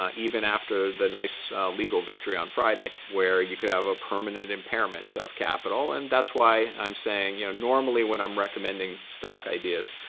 ah even after the nice legal victory on friday where you could have a permanent impairment of capital. and that's why i'm saying, you know normally when i'm recommending stock ideas,